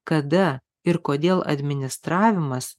kada ir kodėl administravimas